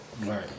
Right